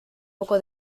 poco